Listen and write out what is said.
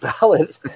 ballot